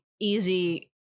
easy